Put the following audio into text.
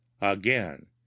again